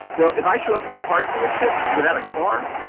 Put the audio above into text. well, if i show up at the car dealership without a car,